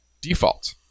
default